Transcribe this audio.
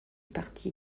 parti